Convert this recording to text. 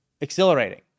Exhilarating